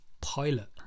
pilot